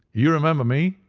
you remember me.